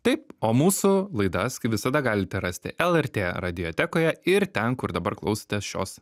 taip o mūsų laidas kaip visada galite rasti lrt radiotekoje ir ten kur dabar klausotės šios